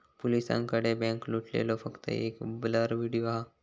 पोलिसांकडे बॅन्क लुटलेलो फक्त एक ब्लर व्हिडिओ हा